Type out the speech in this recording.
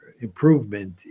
Improvement